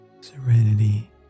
serenity